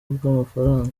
bw’amafaranga